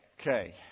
Okay